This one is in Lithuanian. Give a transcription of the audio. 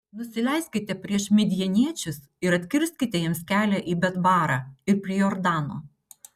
nusileiskite prieš midjaniečius ir atkirskite jiems kelią į betbarą ir prie jordano